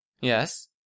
Yes